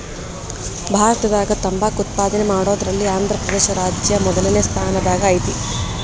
ಭಾರತದಾಗ ತಂಬಾಕ್ ಉತ್ಪಾದನೆ ಮಾಡೋದ್ರಲ್ಲಿ ಆಂಧ್ರಪ್ರದೇಶ ರಾಜ್ಯ ಮೊದಲ್ನೇ ಸ್ಥಾನದಾಗ ಐತಿ